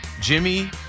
Jimmy